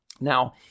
Now